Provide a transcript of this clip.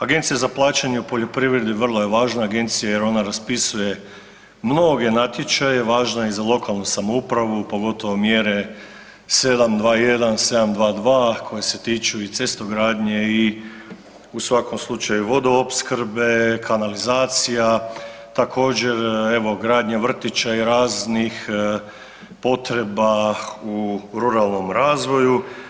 Agencija za plaćanje u poljoprivredi vrlo je važna agencija jer ona raspisuje mnoge natječaje, važna je i za lokalnu samoupravu, pogotovo mjere 7.2.1., 7.2.2., koje se tiču i cestogradnje i svakom slučaju, vodoopskrbe, kanalizacija, također, evo, gradnja vrtića i raznih potreba u ruralnom razvoju.